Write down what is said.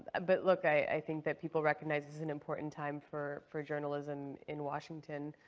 but look, i think that people recognize this is an important time for for journalism in washington,